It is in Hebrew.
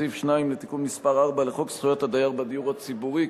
סעיף 2 לתיקון מס' 4 לחוק זכויות הדייר בדיור הציבורי,